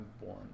born